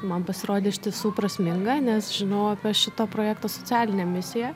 man pasirodė iš tiesų prasminga nes žinau apie šitą projektą socialinė misija